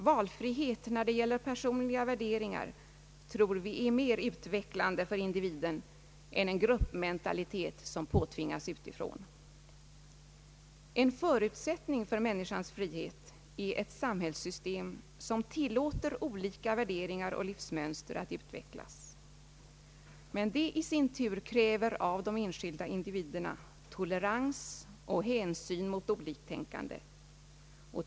Valfrihet när det gäller personliga värderingar tror vi är mer utvecklande för individen än en gruppmentalitet som påtvingas utifrån. En förutsättning för människans frihet är ett samhällssystem som tillåter olika värderingar och livsmönster att utvecklas. Men detta i sin tur kräver av de enskilda individerna tolerans och hänsyn mot oliktänkande.